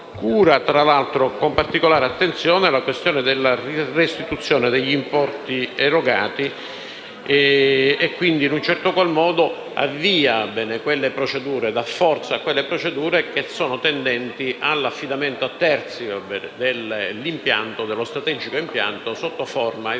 Cura, tra l'altro, con particolare attenzione la questione della restituzione degli importi erogati e, quindi, in un certo qual modo, avvia e rafforza quelle procedure che sono tendenti all'affidamento a terzi dello strategico impianto sotto forma di